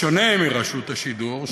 בשונה מרשות השידור,